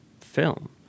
film